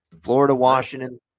Florida-Washington